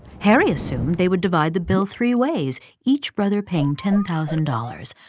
harry assumed they would divide the bill three ways, each brother paying ten thousand dollars.